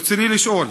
רצוני לשאול: